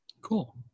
Cool